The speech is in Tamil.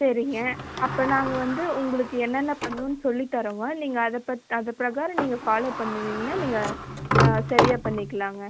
சரிங்க அப்போ நாங்கள் வந்து உங்களுக்கு என்னென்ன பண்ணுன்னு சொல்லித்தரோங்க நீங்கள் அதை பத் அது ப்ரகாரம் நீங்கள் ஃபாலோ பண்ணுனீங்கன்னா நீங்கள் சரியாக பண்ணிக்கலாங்க